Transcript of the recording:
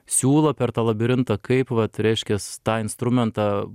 siūlą per tą labirintą kaip vat reiškias tą instrumentą